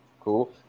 Cool